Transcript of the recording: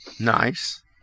Nice